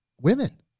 women